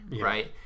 right